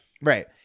Right